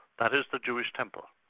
that is the jewish temple,